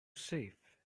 safe